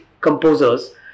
composers